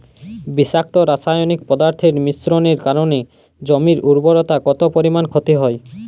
বিষাক্ত রাসায়নিক পদার্থের মিশ্রণের কারণে জমির উর্বরতা কত পরিমাণ ক্ষতি হয়?